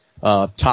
top